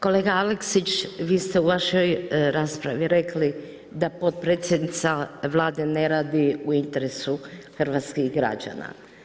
Kolega Aleksić, vi ste u vašoj raspravi rekli, da potpredsjednica Vlade ne radi u interesu hrvatskih građana.